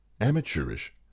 amateurish